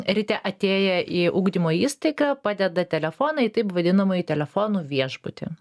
ryte atėję į ugdymo įstaigą padeda telefoną į taip vadinamąjį telefonų viešbutį